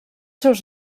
seus